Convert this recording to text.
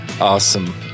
Awesome